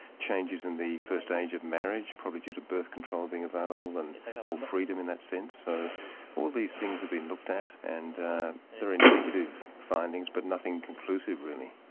changes in the first age of marriage probably due to birth control being available and more freedom in that sense so all these things have been looked at and there are indicative findings but nothing conclusive really.